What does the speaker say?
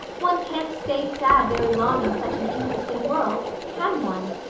one can't stay sad very long in such an interesting world, can one?